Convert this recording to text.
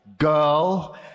Girl